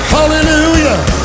Hallelujah